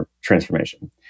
transformation